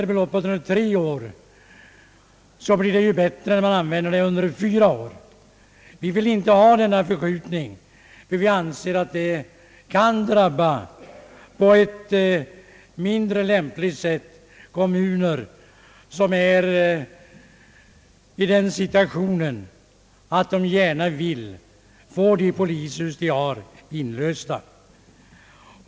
En tidsgräns vid tre år skapar bättre möjligheter härvidlag än en gräns vid fyra år. Utskottsmajoriteten vill inte vara med om en förskjutning av tiden, eftersom vi anser att det på ett mindre lämpligt sätt kan drabba kommuner som är i den situationen att de gärna vill få sina polishus inlösta.